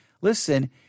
listen